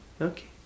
Okay